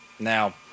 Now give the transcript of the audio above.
Now